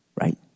right